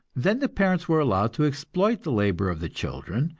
then the parents were allowed to exploit the labor of the children,